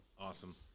awesome